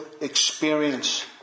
experience